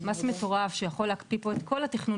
זה מס מטורף שיכול להקפיא פה את כל התכנון